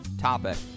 topic